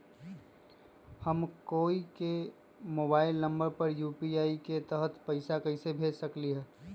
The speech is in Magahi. हम कोई के मोबाइल नंबर पर यू.पी.आई के तहत पईसा कईसे भेज सकली ह?